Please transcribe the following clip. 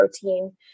Protein